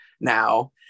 now